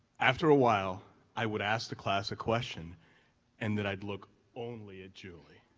after a while i would ask the class a question and then i'd look only at julie.